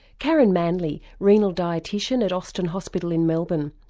karen manley, renal dietitian at austin hospital in melbourne.